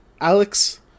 Alex